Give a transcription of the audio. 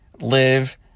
Live